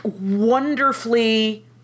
Wonderfully